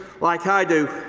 like i do,